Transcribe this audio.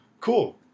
Cool